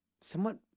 somewhat